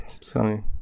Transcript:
sunny